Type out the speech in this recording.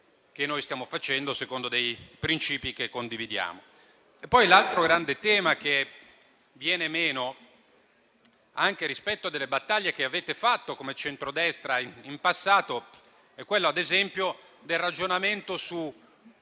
che noi stiamo facendo, secondo dei princìpi che condividiamo. L'altro grande tema che viene meno anche rispetto a battaglie che avete fatto come centrodestra in passato è il ragionamento sulle